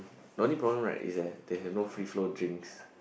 the only problem right is that they have no free flow drinks